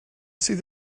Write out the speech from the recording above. sydd